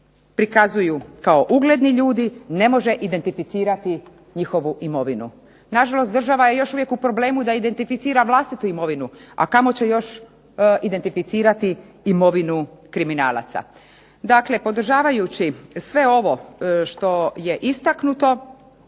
prikazuju kao ugledni ljudi, ne može identificirati njihovu imovinu. Nažalost, država je još uvijek u problemu da identificira vlastitu imovinu, a kamo će još identificirati imovinu kriminalaca. Dakle, podržavajući sve ovo što je istaknuto,